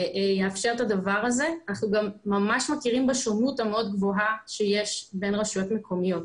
אנחנו גם מכירים בשונות המאוד גבוהה שיש בין רשויות מקומיות.